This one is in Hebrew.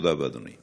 תודה רבה, אדוני.